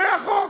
זה החוק.